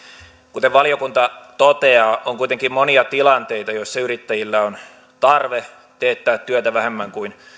kuten valiokunta toteaa on kuitenkin monia tilanteita joissa yrittäjillä on tarve teettää työtä vähemmän kuin